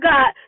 God